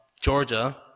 Georgia